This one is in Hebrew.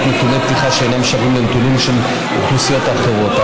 נתוני פתיחה שאינם שווים לנתונים של אוכלוסיות אחרות.